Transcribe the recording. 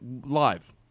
Live